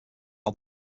last